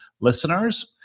listeners